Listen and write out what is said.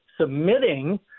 submitting